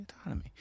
autonomy